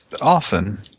often